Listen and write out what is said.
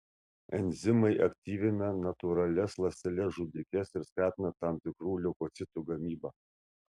enzimai aktyvina natūralias ląsteles žudikes ir skatina tam tikrų leukocitų gamybą